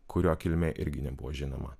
kurio kilmė irgi nebuvo žinoma